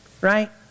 right